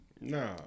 No